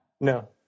No